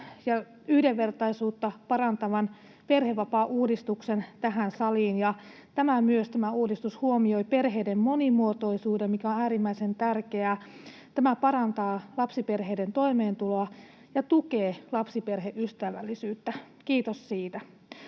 merkityksellisesti parantavan perhevapaauudistuksen tähän saliin. Tämä uudistus huomioi myös perheiden monimuotoisuuden, mikä on äärimmäisen tärkeää. Tämä parantaa lapsiperheiden toimeentuloa ja tukee lapsiperheystävällisyyttä. Kiitos siitä.